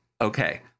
okay